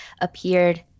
appeared